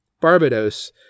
Barbados